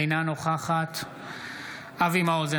אינה נוכחת אבי מעוז,